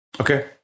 Okay